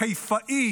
החיפאי